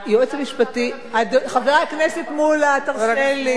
חבר הכנסת מולה, תרשה לי.